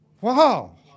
Wow